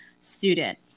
student